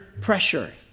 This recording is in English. pressure